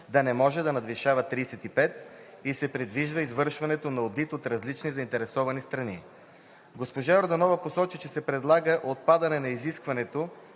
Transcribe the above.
да не може да надвишава 35 и се предвижда извършването на одит от различни заинтересовани страни. Госпожа Йорданова посочи, че се предлага отпадане на изискването